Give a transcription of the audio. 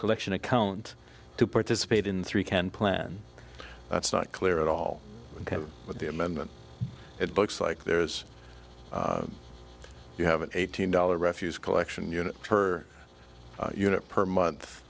collection account to participate in three can plan that's not clear at all but the amendment it looks like there's you have an eight hundred dollars refuse collection unit per unit per month